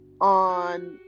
on